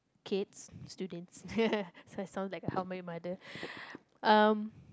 kids students so I sound like a mother um